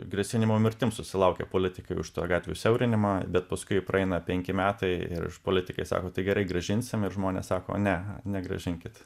grasinimo mirtim susilaukė politikai už tą gatvių siaurinimą bet paskui praeina penki metai ir politikai sako tai gerai grąžinsim ir žmonės sako ne negrąžinkit